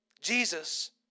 Jesus